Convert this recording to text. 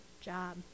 job